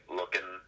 looking